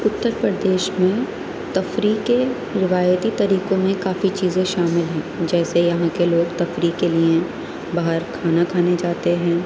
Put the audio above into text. اتر پردیش میں تفریح کے روایتی طریقوں میں کافی چیزیں شامل ہیں جیسے یہاں کے لوگ تفریح کے لیے باہر کھانا کھانے جاتے ہیں